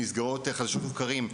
שנסגרות חדשות לבקרים,